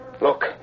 Look